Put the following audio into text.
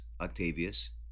Octavius